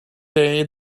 day